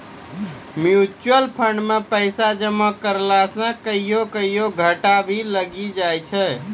mutual fund मे पैसा जमा करला से कहियो कहियो घाटा भी लागी जाय छै